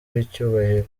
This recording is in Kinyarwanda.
w’icyubahiro